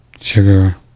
sugar